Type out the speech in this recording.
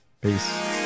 Peace